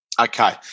Okay